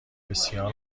بسیار